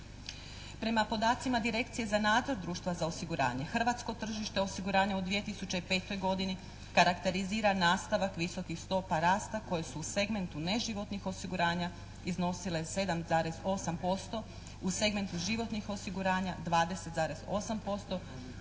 Prema podacima direkcije za nadzor društva za osiguranje hrvatsko tržište osiguranja u 2005. godini karakterizira nastavak visokih stopa rasta koje su u segmentu neživotnih osiguranja iznosile 7,8%, u segmentu životnih osiguranja 20,8%